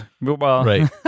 Right